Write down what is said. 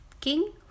king